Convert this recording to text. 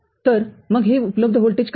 तर मग येथे उपलब्ध व्होल्टेज काय आहे